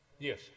yes